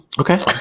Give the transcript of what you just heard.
Okay